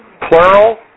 plural